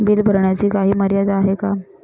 Bill भरण्याची काही मर्यादा आहे का?